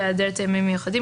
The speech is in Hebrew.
בהיעדר טעמים מיוחדים,